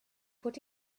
put